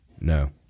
No